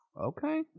Okay